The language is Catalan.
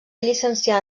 llicenciar